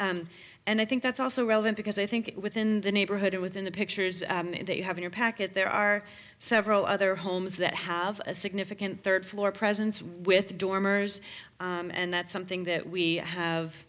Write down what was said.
attic and i think that's also relevant because i think within the neighborhood or within the pictures that you have in your packet there are several other homes that have a significant third floor presence with dormers and that's something that we have